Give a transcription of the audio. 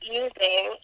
using